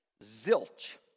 zilch